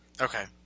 Okay